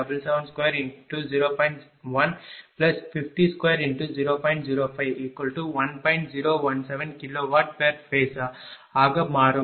017 kWph ஆக மாறும்